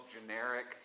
generic